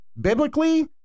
biblically